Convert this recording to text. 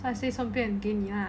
so I say 顺便给你 lah